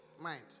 mind